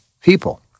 people